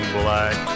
black